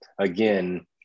again